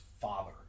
father